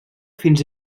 fins